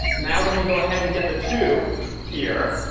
now, let me go ahead and get the two here.